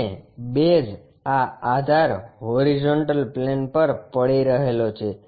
અને બેઝ આ આધાર હોરીઝોન્ટલ પ્લેન પર પડી રહેલો છે